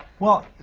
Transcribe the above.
well,